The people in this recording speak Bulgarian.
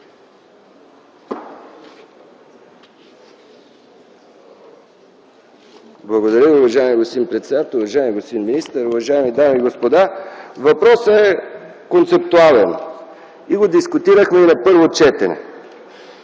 Благодаря. Уважаеми господин председател, уважаеми господин министър, уважаеми дами и господа! Въпросът е концептуален и го дискутирахме и на първо четене.